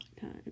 time